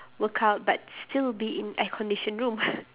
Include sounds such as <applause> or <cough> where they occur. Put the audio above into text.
work out but still be in air-conditioned room <breath>